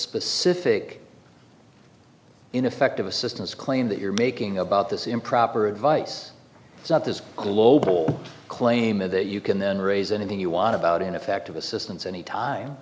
specific ineffective assistance claim that you're making about this improper advice that is global claiming that you can then raise anything you want about ineffective assistance any time